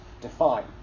define